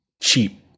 cheap